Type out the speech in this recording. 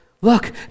look